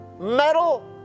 metal